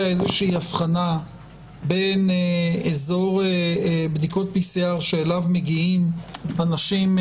איזושהי הבחנה בין אזור בדיקות PCR אליו מגיעים אנשים,